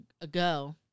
ago